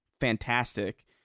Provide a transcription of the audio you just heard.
fantastic